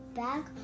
back